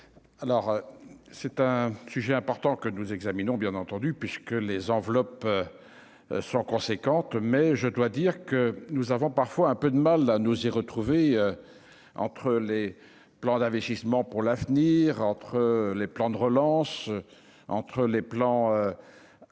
alors c'est un sujet important que nous examinons bien entendu puisque les enveloppes sont conséquentes, mais je dois dire que nous avons parfois un peu de mal à nous y retrouver entre les plans d'investissement pour l'avenir entre les plans de relance entre les plans,